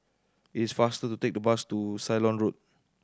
it's faster to take bus to Ceylon Road